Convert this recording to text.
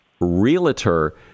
Realtor